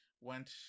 went